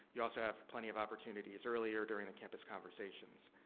you also have plenty of opportunities earlier, during the campus conversations.